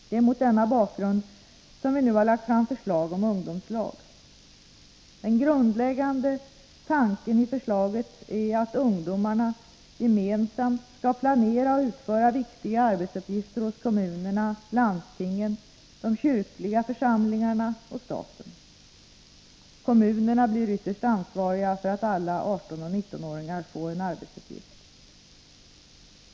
Det är mot denna bakgrund vi har lagt fram förslag om ungdomslag. Den grundläggande tanken i förslaget är att ungdomarna gemensamt skall planera och utföra viktiga arbetsuppgifter hos kommunerna, landstingen, de kyrkliga församlingarna och staten. Kommunerna blir ytterst ansvariga för att alla 18 och 19-åringar får en arbetsuppgift.